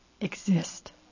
exist